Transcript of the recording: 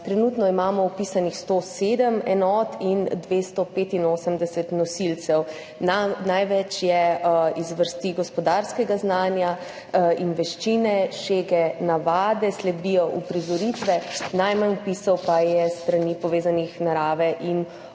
Trenutno imamo vpisanih 107 enot in 285 nosilcev. Največ jih je iz zvrsti gospodarskega znanja in veščin, šege, navade, sledijo uprizoritve, najmanj vpisov pa je povezanih z naravo in okoljem.